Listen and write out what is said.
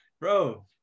bro